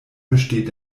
besteht